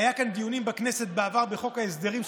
היו כאן דיונים בכנסת בעבר בחוק ההסדרים,